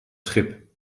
schip